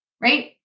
right